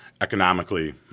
economically